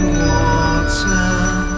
water